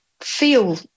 feel